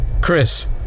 Chris